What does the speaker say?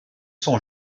son